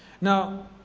Now